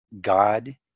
God